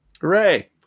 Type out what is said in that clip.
Hooray